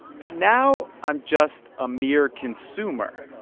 but now i'm just a mere consumer.